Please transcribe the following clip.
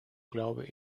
glaube